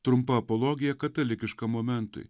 trumpa apologija katalikiška momentui